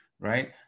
right